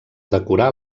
decorar